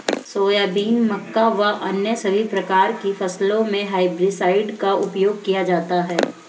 soybean, मक्का व अन्य सभी प्रकार की फसलों मे हेर्बिसाइड का उपयोग किया जाता हैं